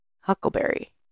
huckleberry